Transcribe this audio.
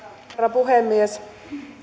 puhemies